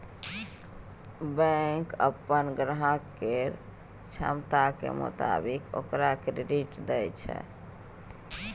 bank अप्पन ग्राहक केर क्षमताक मोताबिक ओकरा क्रेडिट दय छै